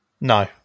No